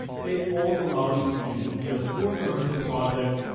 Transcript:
they all allow you to use the video for commercial projects,